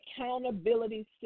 accountability